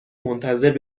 منتظر